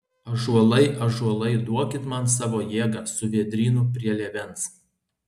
ąžuolai ąžuolai duokit man savo jėgą su vėdrynu prie lėvens